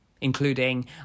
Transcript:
including